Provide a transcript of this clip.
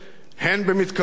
הן במתכוון,